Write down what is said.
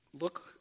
look